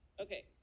Okay